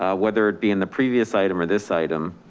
ah whether it be in the previous item, or this item,